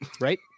right